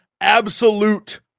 absolute